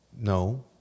no